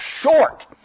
short